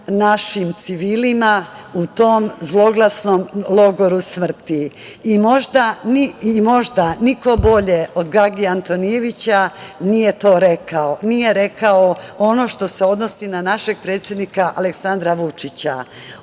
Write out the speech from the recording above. našim civilima u tom zloglasnom logoru smrti. Možda niko bolje od Gage Antonijevića nije to rekao. Nije rekao ono što se odnosi na našeg predsednika Aleksandra Vučića. Oni